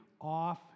off